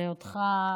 ואותך,